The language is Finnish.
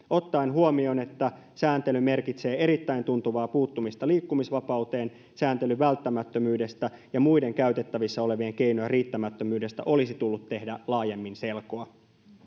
ottaen huomioon että sääntely merkitsee erittäin tuntuvaa puuttumista liikkumisvapauteen sääntelyn välttämättömyydestä ja muiden käytettävissä olevien keinojen riittämättömyydestä olisi tullut tehdä laajemmin selkoa